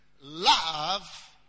love